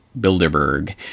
Bilderberg